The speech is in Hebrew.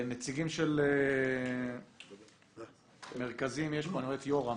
נציגים של מרכזים אני רואה פה את יורם.